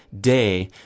day